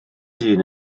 dyn